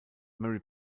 mary